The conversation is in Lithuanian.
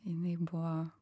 jinai buvo